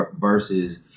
versus